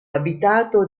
abitato